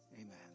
Amen